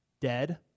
Dead